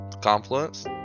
Confluence